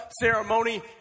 ceremony